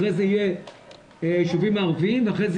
אחרי זה יהיה הישובים הערבים ואחרי זה